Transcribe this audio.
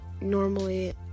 normally